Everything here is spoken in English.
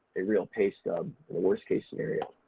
a real pay stub in the worst case scenario.